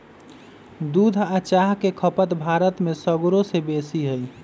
दूध आ चाह के खपत भारत में सगरो से बेशी हइ